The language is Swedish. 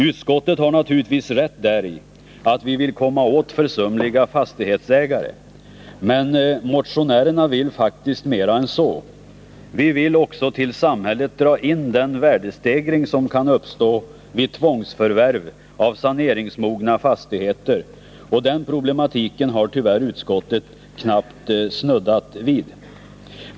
Utskottet har naturligtvis rätt däri att vi vill komma åt försumliga fastighetsägare. Men motionärerna vill faktiskt mer än så. Vi vill också till samhället dra in den värdestegring som kan uppstå vid tvångsförvärv av saneringsmogna fastigheter. Och den problematiken har utskottet tyvärr knappt snuddat vid.